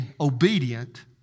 obedient